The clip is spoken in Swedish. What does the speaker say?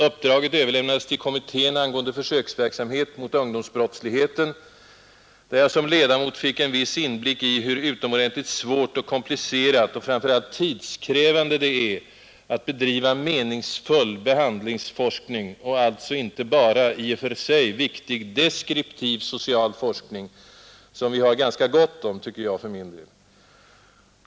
Uppdraget överlämnades till kommittén angående försöksverksamhet mot ungdomsbrottsligheten, där jag som ledamot fick en viss inblick i hur utomordentligt svårt och komplicerat och framför allt tidskrävande det är att bedriva meningsfull behandlingsforskning, och alltså inte bara i och för sig viktig deskriptiv social forskning — som vi har ganska gott om, tycker jag för min del.